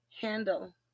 handle